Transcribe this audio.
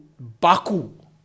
Baku